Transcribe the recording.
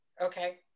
okay